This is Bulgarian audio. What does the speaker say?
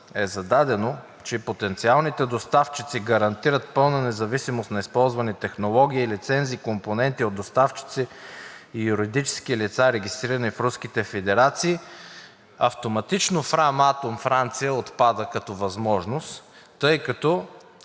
е зададено, че потенциалните доставчици гарантират пълна независимост на използвани технологии, лицензи и компоненти от доставчици и юридически лица, регистрирани в Руската федерация, автоматично Фраматом – Франция, отпада като възможност, тъй като